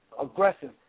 aggressive